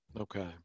Okay